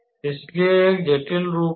इसलिए यह एक जटिल रूप है